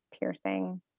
piercing